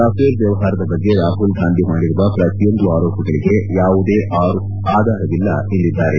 Rafale ವ್ಯವಹಾರದ ಬಗ್ಗೆ ರಾಹುಲ್ ಗಾಂಧಿ ಮಾಡಿರುವ ಪ್ರತಿಯೊಂದು ಆರೋಪಗಳಿಗೆ ಯಾವುದೇ ಆಧಾರವಿಲ್ಲ ಎಂದಿದ್ದಾರೆ